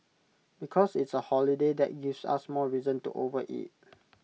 because it's A holiday that gives us more reason to overeat